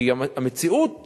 כי המציאות